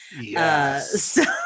Yes